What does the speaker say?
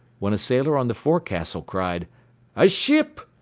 when a sailor on the forecastle cried a ship!